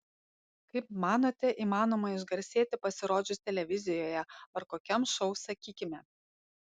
kaip manote įmanoma išgarsėti pasirodžius televizijoje ar kokiam šou sakykime